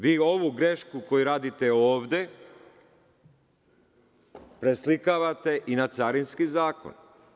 Vi ovu grešku koju radite ovde preslikavate i na carinski zakon.